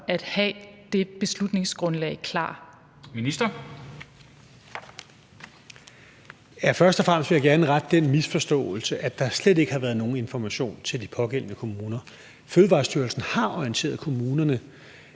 for fødevarer, landbrug og fiskeri (Rasmus Prehn): Først og fremmest vil jeg gerne rette den misforståelse, at der slet ikke har været nogen information til de pågældende kommuner. Fødevarestyrelsen har orienteret kommunerne,